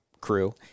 crew